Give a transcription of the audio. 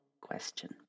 question